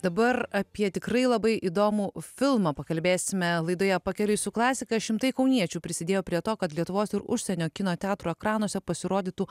dabar apie tikrai labai įdomų filmą pakalbėsime laidoje pakeliui su klasika šimtai kauniečių prisidėjo prie to kad lietuvos ir užsienio kino teatro ekranuose pasirodytų